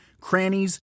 crannies